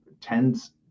tends